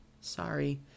Sorry